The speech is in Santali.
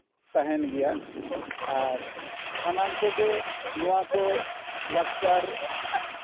ᱛᱟᱦᱮᱱ ᱜᱮᱭᱟ ᱟᱨ ᱥᱟᱱᱟᱢ ᱠᱚᱜᱮ ᱱᱚᱣᱟ ᱠᱚ ᱞᱟᱠᱪᱟᱨ